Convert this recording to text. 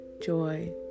joy